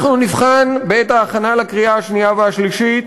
אנחנו נבחן בעת ההכנה לקריאה השנייה והשלישית